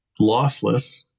lossless